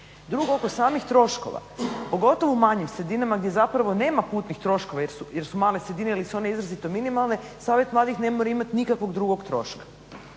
Drugo oko samih troškova pogotovo u manjim sredinama gdje nema putnih troškova jel su male sredine ili su one minimalne savjet mladih ne mora imati nikakvog drugog troška.